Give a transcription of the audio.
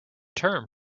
term